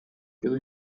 quedó